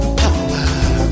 power